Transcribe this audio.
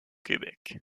québec